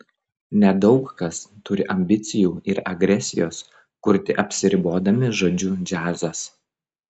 nedaug kas turi ambicijų ir agresijos kurti apsiribodami žodžiu džiazas